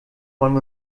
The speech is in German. wollen